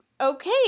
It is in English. okay